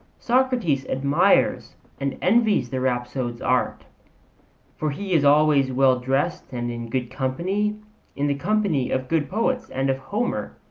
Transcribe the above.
socrates admires and envies the rhapsode's art for he is always well dressed and in good company in the company of good poets and of homer,